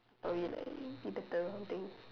I'll probably like be better or something